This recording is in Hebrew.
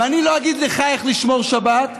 ואני לא אגיד לך איך לשמור שבת,